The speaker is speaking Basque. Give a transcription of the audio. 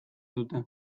dute